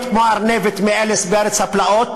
לא להיות כמו הארנב מעליסה בארץ הפלאות,